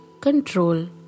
control